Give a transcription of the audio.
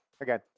Again